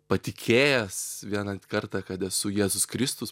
patikėjęs vieną kartą kad esu jėzus kristus